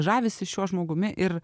žavisi šiuo žmogumi ir